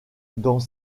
dans